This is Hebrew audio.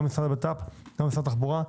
גם ממשרד הבט"פ וממשרד התחבורה,